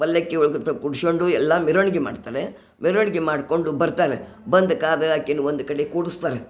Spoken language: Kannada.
ಪಲ್ಲಕ್ಕಿ ಒಳಗೆ ತ ಕೂಡ್ಶ್ಕೊಂಡು ಎಲ್ಲ ಮೆರವಣಿಗೆ ಮಾಡ್ತಾಳೆ ಮೆರವಣಿಗೆ ಮಾಡ್ಕೊಂಡು ಬರ್ತಾರೆ ಬಂದು ಕಾದು ಆಕಿನು ಒಂದ್ಕಡೆ ಕೂಡ್ಸ್ತಾರೆ